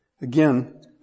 again